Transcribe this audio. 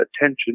attention